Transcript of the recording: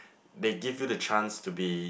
they give you the chance to be